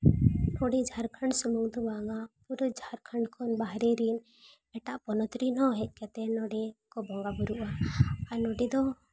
ᱱᱚᱰᱮ ᱡᱷᱟᱲᱠᱷᱚᱸᱰ ᱥᱩᱢᱩᱝ ᱫᱚ ᱵᱟᱝᱟ ᱯᱩᱨᱟᱹ ᱡᱷᱟᱲᱠᱷᱚᱸᱰ ᱠᱷᱚᱱ ᱵᱟᱦᱨᱮ ᱨᱮᱱ ᱮᱴᱟᱜ ᱯᱚᱱᱚᱛ ᱨᱮᱱ ᱦᱚᱸ ᱦᱮᱡ ᱠᱟᱛᱮ ᱱᱚᱰᱮ ᱠᱚ ᱵᱚᱸᱜᱟ ᱵᱳᱨᱳᱜᱼᱟ ᱟᱨ ᱱᱚᱰᱮ ᱫᱚ